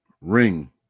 Ring